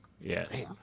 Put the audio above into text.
Yes